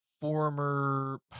former